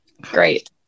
great